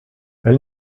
elle